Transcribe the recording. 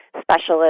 specialist